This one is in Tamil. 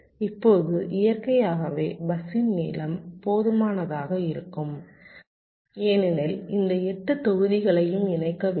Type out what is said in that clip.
இப்போது இயற்கையாகவே பஸ்ஸின் நீளம் போதுமானதாக இருக்கும் ஏனெனில் இந்த 8 தொகுதிகளையும் இணைக்க வேண்டும்